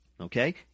okay